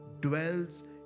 dwells